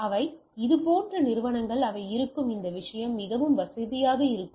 அவை இது போன்ற நிறுவனங்கள் அவை இருக்கும் இந்த விஷயம் மிகவும் வசதியாக இருக்கும்